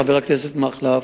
חבר הכנסת מקלב,